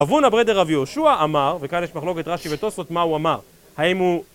אבון אברדר אבי יהושוע אמר, וכאן יש מחלוקת רש"י וטוסות מה הוא אמר, האם הוא...